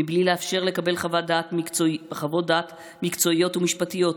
מבלי לאפשר לקבל חוות דעת מקצועיות ומשפטיות,